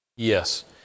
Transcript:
Yes